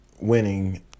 winning